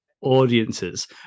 audiences